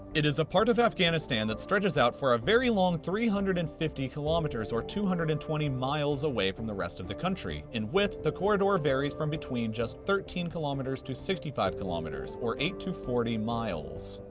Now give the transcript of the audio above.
it is a part of afghanistan that stretches out for a very long three hundred and fifty kilometers, or two hundred and twenty miles, away from the rest of the country. in width, the corridor varies from between just thirteen kilometers to sixty five kilometers, or eight to forty miles.